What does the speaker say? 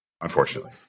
unfortunately